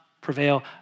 prevail